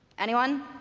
anyone?